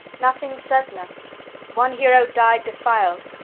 nothing certainer one hero died defil'd,